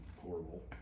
horrible